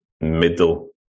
middle